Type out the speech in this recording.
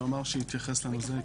הוא אמר שהוא יתייחס לזה.